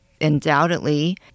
undoubtedly